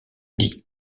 dis